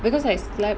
because I slept